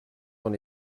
d’en